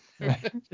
Right